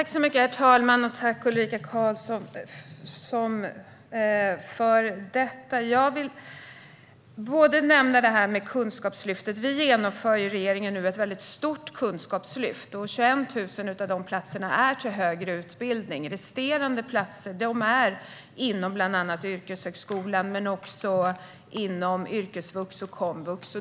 Herr talman! Regeringen genomför nu ett stort kunskapslyft. 21 000 av dessa platser är till högre utbildning. Resterande platser är inom exempelvis yrkeshögskolan, yrkesvux och komvux.